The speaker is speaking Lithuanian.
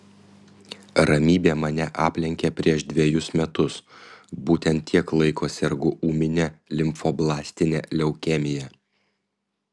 ramybė mane aplenkė prieš dvejus metus būtent tiek laiko sergu ūmine limfoblastine leukemija